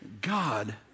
God